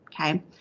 okay